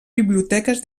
biblioteques